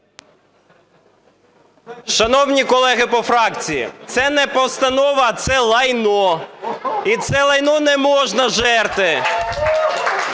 Шановні колеги по фракції, це не постанова, а це лайно. І це лайно не можна жерти.